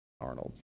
Arnold